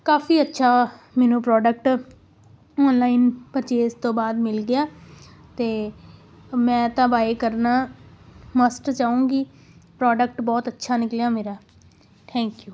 ਕਾਫੀ ਅੱਛਾ ਮੈਨੂੰ product online purchase ਤੋਂ ਬਾਅਦ ਮਿਲ ਗਿਆ ਅਤੇ ਮੈਂ ਤਾਂ ਬਾਏ ਕਰਨਾ ਮਸਟ ਚਾਹੂੰਗੀ ਪ੍ਰੋਡਕਟ ਬਹੁਤ ਅੱਛਾ ਨਿਕਲਿਆ ਮੇਰਾ ਥੈਂਕ ਯੂ